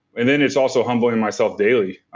and then it's also humbling myself daily.